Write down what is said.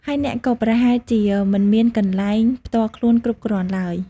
ហើយអ្នកក៏ប្រហែលជាមិនមានកន្លែងផ្ទាល់ខ្លួនគ្រប់គ្រាន់ឡើយ។